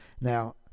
Now